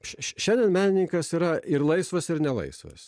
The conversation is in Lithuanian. šiandien menininkas yra ir laisvas ir nelaisvas